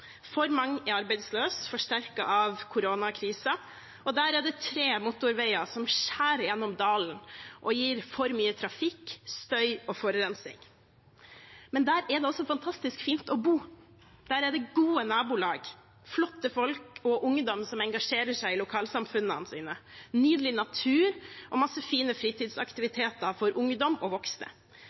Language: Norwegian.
for mange er arbeidsløse – forsterket av koronakrisen. Og der er det tre motorveier som skjærer gjennom dalen og gir for mye trafikk, støy og forurensning. Men der er det også fantastisk fint å bo. Der er det gode nabolag, flotte folk og ungdom som engasjerer seg i lokalsamfunnet sitt, nydelig natur og mange fine fritidsaktiviteter for ungdom og voksne.